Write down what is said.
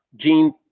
gene